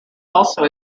also